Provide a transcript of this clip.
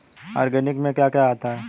Organic में क्या क्या आता है?